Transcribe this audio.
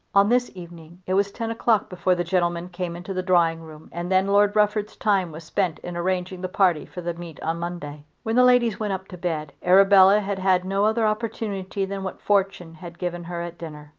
on this evening it was ten o'clock before the gentlemen came into the drawing-room, and then lord rufford's time was spent in arranging the party for the meet on monday. when the ladies went up to bed arabella had had no other opportunity than what fortune had given her at dinner.